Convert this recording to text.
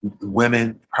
Women